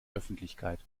öffentlichkeit